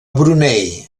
brunei